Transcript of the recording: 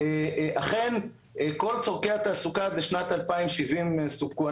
אכן כל צורכי התעסוקה עד שנת 2070 סופקו.